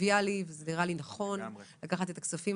טריביאלי ונראה לי נכון לקחת את הכספים